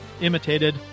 imitated